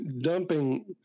dumping